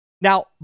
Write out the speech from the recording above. now